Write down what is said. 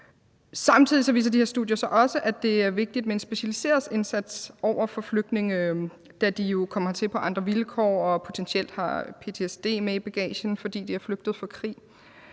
Samtidig viser de her studier så også, at det er vigtigt med en specialiseret indsats over for flygtninge, da de jo er kommet hertil på andre vilkår og potentielt har ptsd med i bagagen, fordi de er flygtet fra krig.